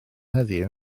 heddiw